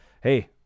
hey